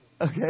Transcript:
Okay